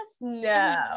No